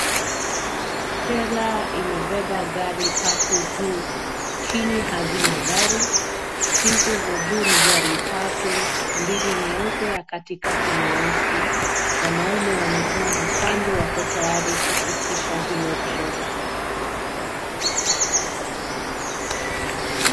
Trela inabeba gari tatu juu, chini hazina gari. Hizo za juu ni gari tatu, mbili nyeupe ya katikati nyeusi. Wanaume wamesimama kando wako tayari kushukisha hio trela.